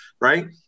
right